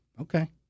Okay